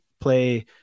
play